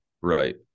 Right